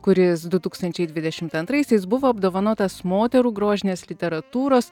kuris du tūkstančiai dvidešimt antraisiais buvo apdovanotas moterų grožinės literatūros